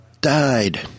died